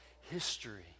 history